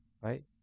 right